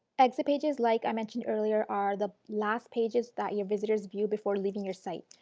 exit pages like i mentioned earlier are the last pages that your visitors viewed before leaving your site.